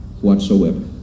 whatsoever